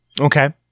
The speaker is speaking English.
Okay